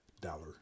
dollar